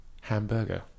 Hamburger